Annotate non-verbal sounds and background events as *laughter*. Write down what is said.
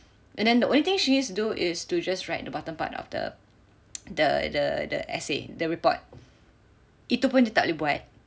and then the only thing she needs to do is to just write the bottom part of the the the essay the report itu pun dia tak boleh buat *breath*